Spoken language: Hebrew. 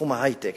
בתחום ההיי-טק,